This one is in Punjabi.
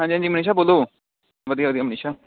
ਹਾਂਜੀ ਹਾਂਜੀ ਮਨੀਸ਼ਾ ਬੋਲੋ ਵਧੀਆ ਵਧੀਆ ਮਨੀਸ਼ਾ